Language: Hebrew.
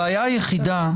הבעיה היחידה,